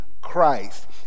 Christ